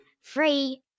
Free